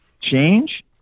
change